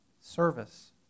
Service